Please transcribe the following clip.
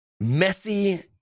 messy